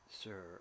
sir